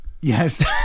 Yes